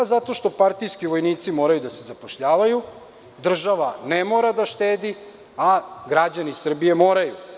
Zato što partijski vojnici moraju da se zapošljavaju, država ne mora da štedi, a građani Srbije moraju.